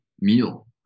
meal